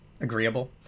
agreeable